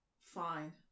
fine